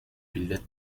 bildet